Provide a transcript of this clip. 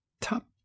top